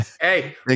hey